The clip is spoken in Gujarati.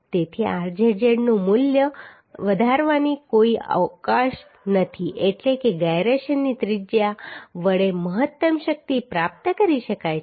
તેથી rzz નું મૂલ્ય વધારવાનો કોઈ અવકાશ નથી એટલે કે gyrationની આ ત્રિજ્યા વડે મહત્તમ શક્તિ પ્રાપ્ત કરી શકાય છે